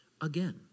again